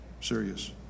Serious